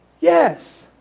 yes